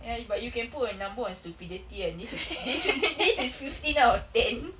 yes but you can put a number on stupidity and this is this is this is fifteen out of ten